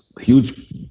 Huge